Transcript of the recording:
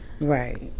Right